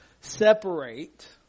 separate